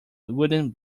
wooden